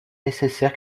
nécessaire